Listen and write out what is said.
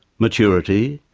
maturity,